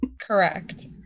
Correct